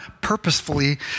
purposefully